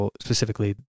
specifically